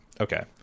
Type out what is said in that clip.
Okay